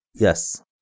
Yes